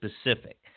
specific